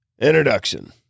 Introduction